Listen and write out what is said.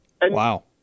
Wow